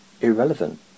irrelevant